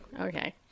Okay